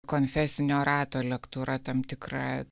konfesinio rato lektūra tam tikra